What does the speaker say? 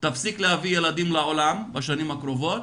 תפסיק להביא ילדים לעולם בשנים הקרובות,